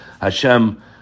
Hashem